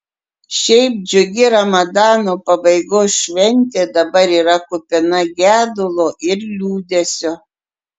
šiaip džiugi ramadano pabaigos šventė dabar yra kupina gedulo ir liūdesio